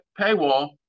paywall